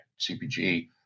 CPG